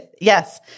Yes